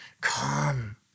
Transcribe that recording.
Come